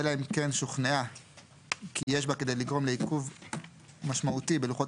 אלא אם כן שוכנעה כי יש בה כדי לגרום לעיכוב משמעותי בלוחות